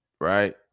right